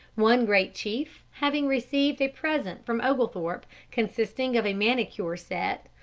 one great chief, having received a present from oglethorpe consisting of a manicure set,